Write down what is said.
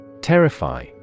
Terrify